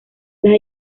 las